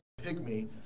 pygmy